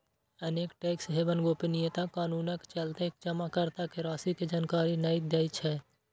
अनेक tax haven गोपनीयता कानूनक चलते जमाकर्ता के राशि के जानकारी नै दै छै